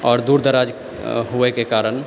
आओर दुर दराज होइके कारण